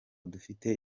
dufite